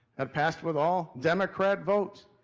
that passed with all democrat votes.